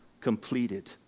completed